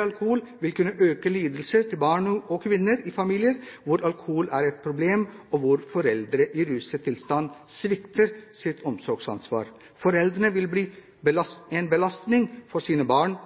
alkohol vil kunne øke lidelsene til barn og kvinner i familier hvor alkohol er et problem, og hvor foreldre i ruset tilstand svikter sitt omsorgsansvar. Foreldre vil bli en belastning for sine barn.